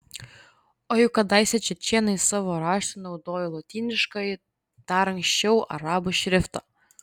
o juk kadaise čečėnai savo raštui naudojo lotyniškąjį dar anksčiau arabų šriftą